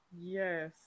Yes